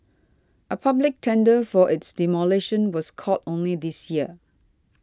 a public tender for its demolition was called only this year